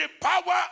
power